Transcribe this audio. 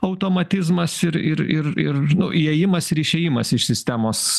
automatizmas ir ir ir ir nu įėjimas ir išėjimas iš sistemos